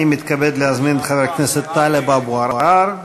אני מתכבד להזמין את חבר הכנסת טלב אבו עראר.